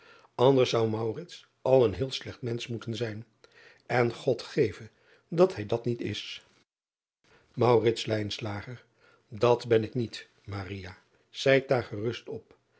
nders zou al een heel slecht mensch moeten zijn en od geve dat hij dat niet is driaan oosjes zn et leven van aurits ijnslager at ben ik niet zijt daar gerust op